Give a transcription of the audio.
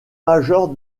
major